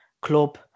club